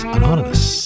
Anonymous